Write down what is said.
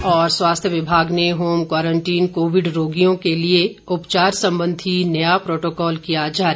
और स्वास्थ्य विभाग ने होम क्वारंटीन कोविड रोगियों के लिए उपचार सबंधी नया प्रोटोकॉल किया जारी